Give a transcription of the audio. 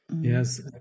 Yes